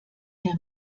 der